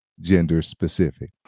gender-specific